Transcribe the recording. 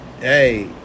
hey